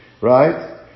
right